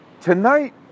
Tonight